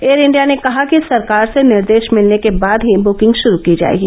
air India ने कहा कि सरकार से निर्देश मिलने के बाद ही बुकिंग शुरू की जाएगी